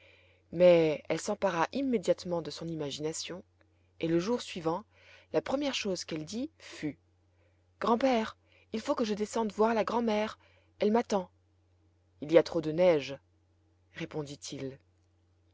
niais elle s'empara immédiatement de son imagination et le jour suivant la première chose qu'elle dit fut grand-père il faut que je descende voir la grand'mère elle m'attend il y a trop de neige répondit-il